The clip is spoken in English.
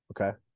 okay